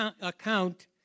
account